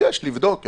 ביקש לבדוק אפשרות.